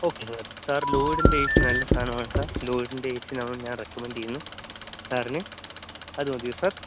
okay sir sir ലോയിഡിന്റെ A C നല്ല സാധനമാണ് സാര് ലോയിഡിന്റെ ഏ സി ഞാന് റെക്കമെന്ഡ് ചെയ്യുന്നു സാറിന് അത് മതിയോ സാര്